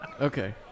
Okay